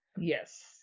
yes